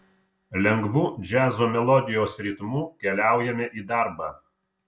lengvu džiazo melodijos ritmu keliaujame į darbą